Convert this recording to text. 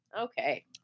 Okay